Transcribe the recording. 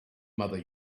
mother